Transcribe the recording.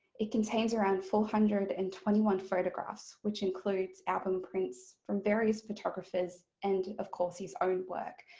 it contains around four hundred and twenty one photographs which includes album prints from various photographers and of course his own work.